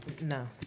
No